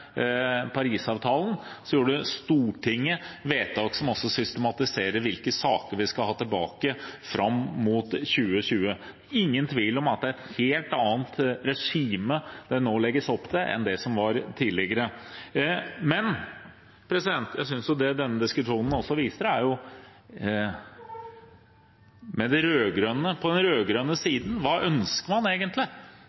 Parisavtalen, gjorde Stortinget også vedtak som systematiserer hvilke saker vi skal ha tilbake, fram mot 2020. Det er ingen tvil om at det er et helt annet regime det nå legges opp til, enn det som var tidligere. Men jeg synes denne diskusjonen også viser følgende: Hva ønsker man egentlig på den